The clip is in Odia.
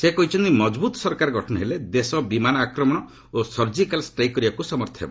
ସେ କହିଛନ୍ତି ମଜବୃତ୍ ସରକାର ଗଠନ ହେଲେ ଦେଶ ବିମାନ ଆକ୍ରମଣ ଓ ସର୍ଜିକାଲ୍ ଷ୍ଟ୍ରାଇକ୍ କରିବାକୁ ସମର୍ଥ ହେବ